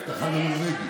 תתבייש לך.